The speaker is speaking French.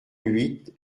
huit